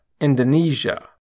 Indonesia